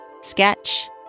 sketch